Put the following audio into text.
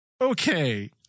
Okay